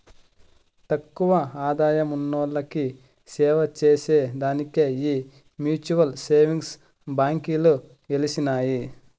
తక్కువ ఆదాయమున్నోల్లకి సేవచేసే దానికే ఈ మ్యూచువల్ సేవింగ్స్ బాంకీలు ఎలిసినాయి